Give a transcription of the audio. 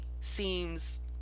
seems